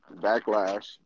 backlash